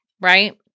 right